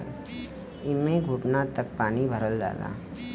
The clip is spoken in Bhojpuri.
एम्मे घुटना तक पानी भरल जाला